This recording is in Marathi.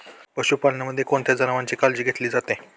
पशुपालनामध्ये कोणत्या जनावरांची काळजी घेतली जाते?